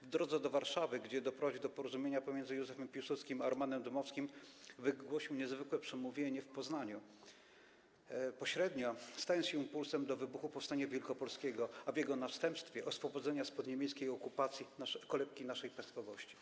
W drodze do Warszawy, gdzie doprowadził do porozumienia pomiędzy Józefem Piłsudskim a Romanem Dmowskim, wygłosił niezwykłe przemówienie w Poznaniu, które pośrednio stało się impulsem do wybuchu powstania wielkopolskiego, a w jego następstwie oswobodzenia spod niemieckiej okupacji kolebki naszej państwowości.